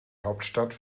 hauptstadt